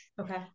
Okay